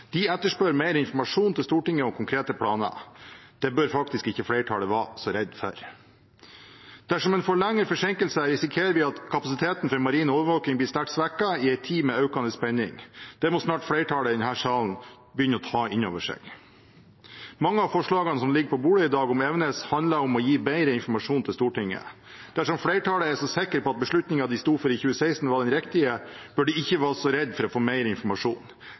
De etterspør mer informasjon til Stortinget og konkrete planer. Det bør faktisk ikke flertallet være så redde for. Dersom en får lengre forsinkelser, risikerer vi at kapasiteten for marin overvåking blir sterkt svekket i en tid med økende spenning. Det må flertallet i denne salen snart begynne å ta inn over seg. Mange av forslagene som ligger på bordet i dag om Evenes, handler om å gi bedre informasjon til Stortinget. Dersom flertallet er så sikre på at beslutningen de sto for i 2016, var den riktige, bør de ikke være så redde for å få mer informasjon.